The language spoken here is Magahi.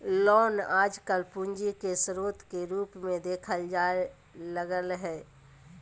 लोन आजकल पूंजी के स्रोत के रूप मे देखल जाय लगलय हें